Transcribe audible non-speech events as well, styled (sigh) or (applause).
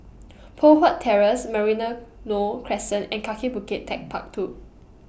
Poh Huat Terrace (unintelligible) Crescent and Kaki Bukit Techpark two